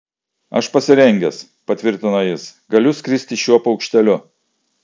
aš pasirengęs patvirtino jis galiu skristi šiuo paukšteliu